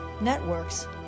networks